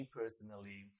personally